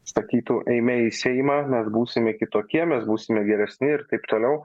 sakytų eime į seimą mes būsime kitokie mes būsime geresni ir taip toliau